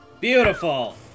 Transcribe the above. Beautiful